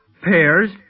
pears